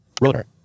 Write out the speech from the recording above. Rotor